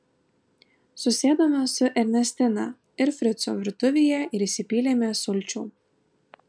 susėdome su ernestina ir fricu virtuvėje ir įsipylėme sulčių